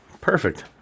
Perfect